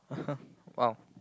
!wow!